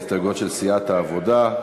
להסתייגות של סיעת העבודה.